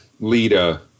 Lita